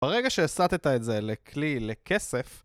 ברגע שהסטת את זה לכלי, לכסף